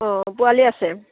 অঁ পোৱালি আছে